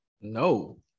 No